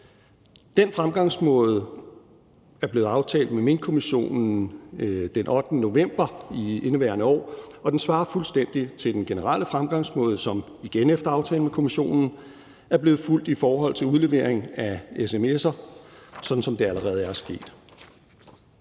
Den fremgangsmåde er blevet aftalt med Minkkommissionen den 8. november i indeværende år, og den svarer fuldstændig til den generelle fremgangsmåde, som igen efter aftale med kommissionen er blevet fulgt i forhold til udlevering af sms'er – sådan som det allerede er sket.